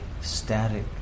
static